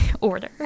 Order